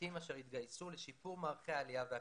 עמיתים אשר התגייסו לשיפור מערכי העלייה והקליטה,